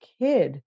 kid